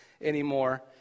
anymore